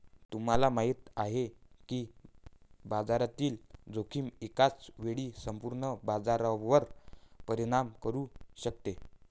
तुम्हाला माहिती आहे का की बाजारातील जोखीम एकाच वेळी संपूर्ण बाजारावर परिणाम करू शकते?